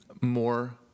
more